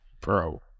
Bro